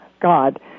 God